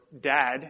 dad